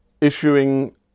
issuing